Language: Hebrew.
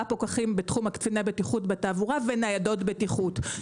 ארבעה פקחים בתחום קציני הבטיחות בתעבורה וניידות בטיחות.